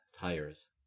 tires